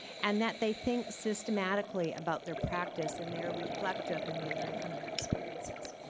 and that they think systematically about their practice and they're reflective and they learn from their experiences.